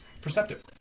Perceptive